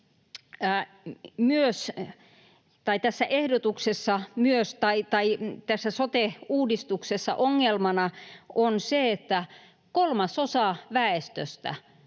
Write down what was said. sote-uudistuksessa ongelmana on se, että tosiasiallisesti